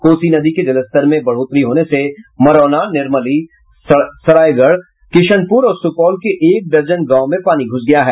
कोसी नदी के जलस्तर में बढ़ोतरी होने से मरौना निर्मली सरायगढ़ किशनपुर और सुपौल के एक दर्जन गांव में पानी घुस गया है